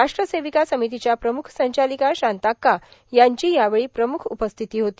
राष्ट्रसेविका समितीच्या प्रम्ख संचालिका शांताक्का यांची यावेळी प्रम्ख उपस्थिती होती